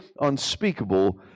unspeakable